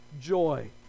joy